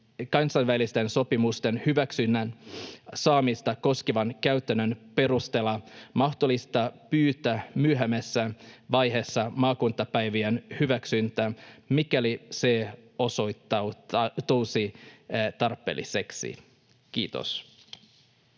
kansainvälisten sopimusten hyväksynnän saamista koskevan käytännön perusteella mahdollista pyytää myöhemmässä vaiheessa maakuntapäivien hyväksyntä, mikäli se osoittautuisi tarpeelliseksi. — Kiitos.